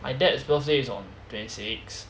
my dad's birthday is on twenty six